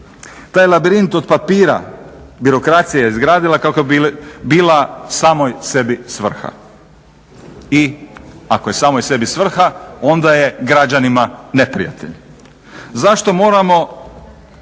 Taj labirint od papira birokaracija je izgradila kako bi bila samoj sebi svrha. I ako je samoj sebi svrha onda je građanima neprijatelj. Zašto moramo